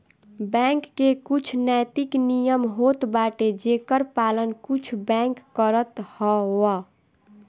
bank के कुछ नैतिक नियम होत बाटे जेकर पालन कुछ बैंक करत हवअ